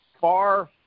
far